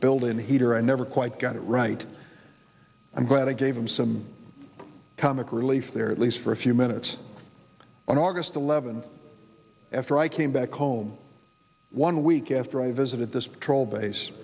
building heater i never quite got it right i'm glad i gave him some comic relief there at least for a few minutes on august eleventh after i came back home one week after i visited this patrol base